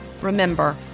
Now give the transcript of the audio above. Remember